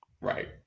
Right